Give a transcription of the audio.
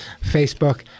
Facebook